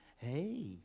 Hey